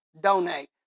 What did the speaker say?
donate